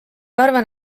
arvan